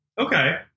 Okay